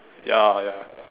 ya ya